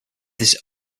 this